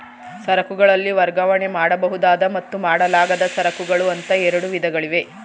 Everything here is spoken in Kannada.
ಸರಕುಗಳಲ್ಲಿ ವರ್ಗಾವಣೆ ಮಾಡಬಹುದಾದ ಮತ್ತು ಮಾಡಲಾಗದ ಸರಕುಗಳು ಅಂತ ಎರಡು ವಿಧಗಳಿವೆ